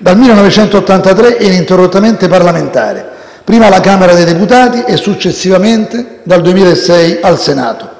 Dal 1983 è ininterrottamente parlamentare, prima alla Camera dei deputati e, successivamente, dal 2006, al Senato.